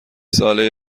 ساله